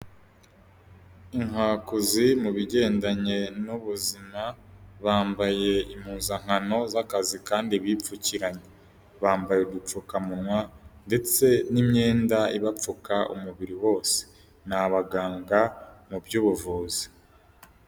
Inkwakuzi mu bigendanye n'ubuzima bambaye impuzankano z'akazi kandi bipfukiranye, bambaye udupfukamunwa ndetse n'imyenda ibapfuka umubiri wose, ni abaganga mu by'ubuvuzi.